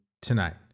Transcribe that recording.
tonight